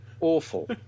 awful